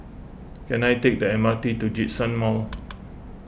can I take the M R T to Djitsun Mall